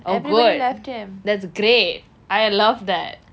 oh good that's great I love that